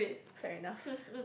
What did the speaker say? fair enough